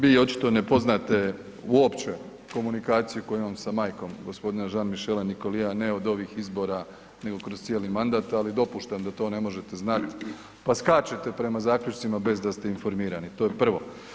Vi očito ne poznate uopće komunikaciju koju imam sa majkom gospodina Jean-Michela Nicoliera ne od ovih izbora nego kroz cijeli mandat, ali dopuštam da to ne možete znat pa skačete prema zaključcima bez da ste informirani, to je prvo.